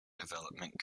development